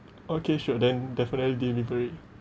okay sure then definitely delivery